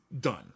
Done